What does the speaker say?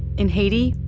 in haiti,